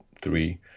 three